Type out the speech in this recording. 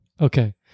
Okay